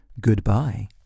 Goodbye